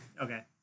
Okay